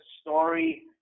story